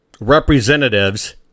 Representatives